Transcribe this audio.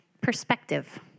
perspective